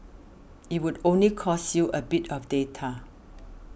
it would only cost you a bit of data